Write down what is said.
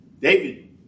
David